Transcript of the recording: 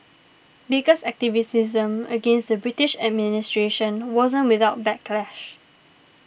baker's activism against the British administration wasn't without backlash